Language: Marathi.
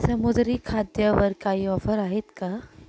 समुद्री खाद्यावर काही ऑफर आहेत का